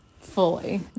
fully